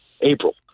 April